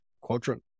quadrant